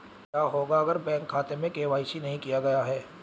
क्या होगा अगर बैंक खाते में के.वाई.सी नहीं किया गया है?